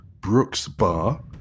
BrooksBar